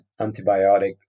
antibiotic